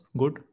good